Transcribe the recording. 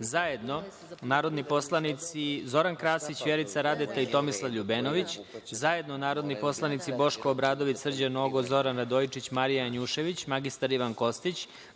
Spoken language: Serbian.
zajedno narodni poslanici Zoran Krasić, Vjerica Radeta i Tomislav LJubenović, zajedno narodni poslanici Boško Obradović, Srđan Nogo, Zoran Radojičić, Marija Janjušević, mr Ivan Kostić,